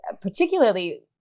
particularly